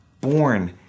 Born